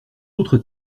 autre